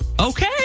Okay